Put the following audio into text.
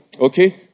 okay